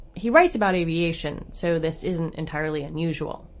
he writes about aviation. so this isn't entirely unusual.